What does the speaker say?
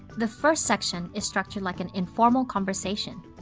the first section is structured like an informal conversation.